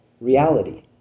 reality